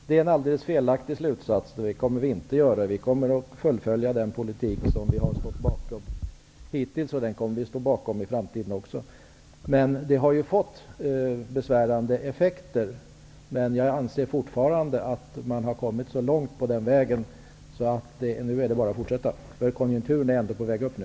Herr talman! Det är en alldeles felaktig slutsats. Det kommer vi inte att göra. Vi kommer att fullfölja den politik som vi har stått bakom hittills. Vi kommer att stå bakom den i framtiden också. Men detta har ju fått besvärande effekter. Jag anser fortfarande att man har kommit så långt på den vägen, att det bara är att fortsätta. Konjunkturen är ändå på väg upp nu.